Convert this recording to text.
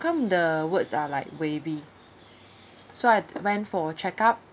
come the words are like wavy so I went for a check up